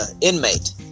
inmate